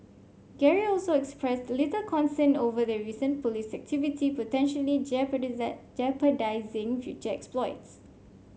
Gary also expressed little concern over the recent police activity potentially jeopardising future exploits